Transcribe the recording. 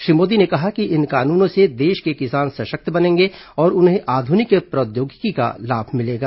श्री मोदी ने कहा कि इन कानूनों से देश के किसान सशक्त बनेंगे और उन्हें आध्निक प्रौद्योगिकी का लाभ मिलेगा